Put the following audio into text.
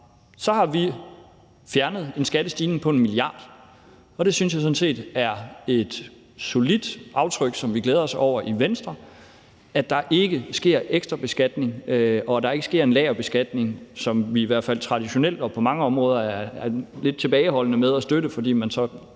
har vi fjernet en skattestigning på 1 mia. kr., og det synes vi sådan set er et solidt aftryk, som vi glæder os over i Venstre; altså at der ikke sker ekstra beskatning, og at der ikke sker en lagerbeskatning, som vi i hvert fald traditionelt og på mange områder er lidt tilbageholdende med at støtte, fordi man så